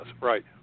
right